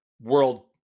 world